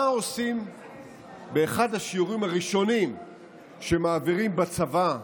מה עושים באחד השיעורים הראשונים שמעבירים בצבא?